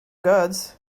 goods